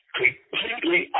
completely